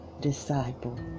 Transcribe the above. Disciple